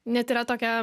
net yra tokia